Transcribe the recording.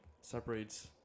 separates